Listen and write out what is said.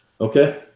Okay